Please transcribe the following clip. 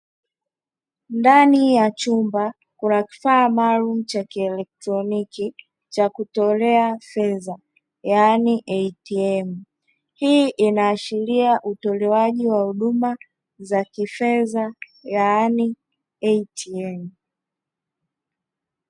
Ndani ya chumba kuna kifaa maalumu cha kieletroniki cha kutolea fedha yaani "ATM" hii inaashiria utolewaji wa huduma za kifedha yaani ATM.